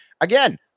again